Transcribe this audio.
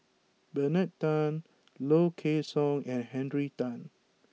Bernard Tan Low Kway Song and Henry Tan